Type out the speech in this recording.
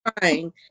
Trying